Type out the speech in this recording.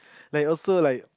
like also like